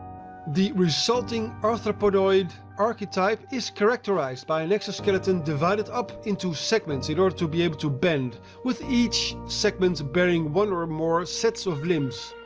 the resulting arthropodoid archetype is characterised by an exoskeleton divided up into segments in order to be able to bend, with each segment bearing one or more sets of limbs.